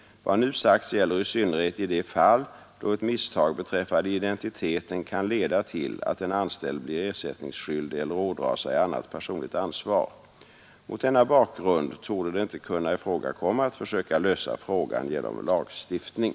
Vad nu sagts gäller i synnerhet i de fall då ett misstag beträffande identiteten kan leda till att en anställd blir ersättningsskyldig eller ådrar sig annat personligt ansvar. Mot denna bakgrund torde det inte kunna ifrågakomma att försöka lösa frågan genom lagstiftning.